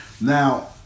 Now